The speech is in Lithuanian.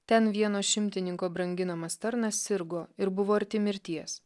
ten vieno šimtininko branginamas tarnas sirgo ir buvo arti mirties